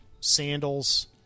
Sandals